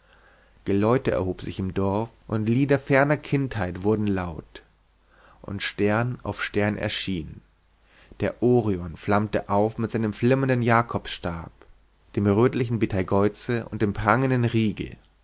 geläute erhob sich im dorf und lieder ferner kindheit wurden laut und stern auf stern erschien der orion flammte auf mit seinem flimmernden jakobsstab dem rötlichen beteigeuze und dem prangenden rigel